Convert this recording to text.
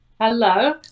hello